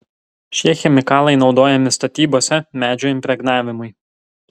šie chemikalai naudojami statybose medžio impregnavimui